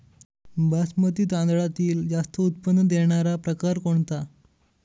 बासमती तांदळातील जास्त उत्पन्न देणारा प्रकार कोणता?